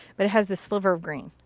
but it has this sliver of green.